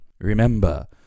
Remember